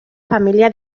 familia